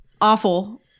awful